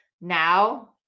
Now